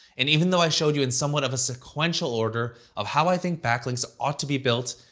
and even though i showed you in somewhat of a sequential order of how i think backlinks ought to be built,